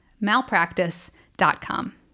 Malpractice.com